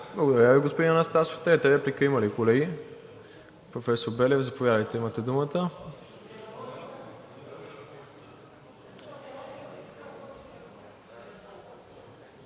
Благодаря Ви, господин Анастасов. Трета реплика има ли, колеги? Професор Белев, заповядайте, имате думата.